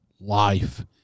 life